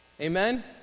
Amen